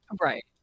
Right